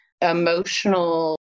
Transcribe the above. emotional